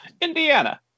Indiana